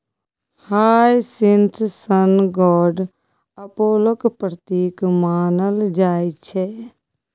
hyacinth सन गोड अपोलोक प्रतीक मानल जाइ छै